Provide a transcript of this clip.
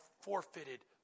forfeited